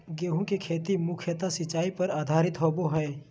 गेहूँ के खेती मुख्यत सिंचाई पर आधारित होबा हइ